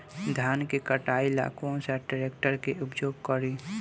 धान के कटाई ला कौन सा ट्रैक्टर के उपयोग करी?